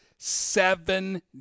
seven